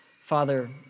Father